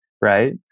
right